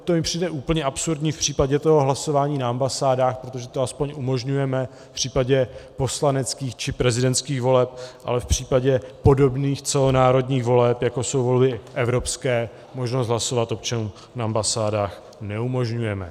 To mi přijde úplně absurdní v případě hlasování na ambasádách, protože to aspoň umožňujeme v případě poslaneckých či prezidentských voleb, ale v případě podobných celonárodních voleb, jako jsou volby evropské, možnost hlasovat občanům na ambasádách neumožňujeme.